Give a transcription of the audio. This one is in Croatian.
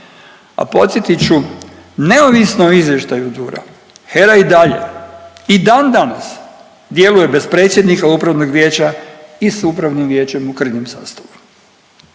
a podsjetit ću neovisno o izvještaju DUR-a HERA i dalje i dan danas djeluje bez predsjednika upravnog vijeća i s upravnim vijećem u krnjem sastavu.